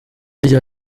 rya